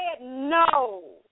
no